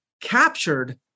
captured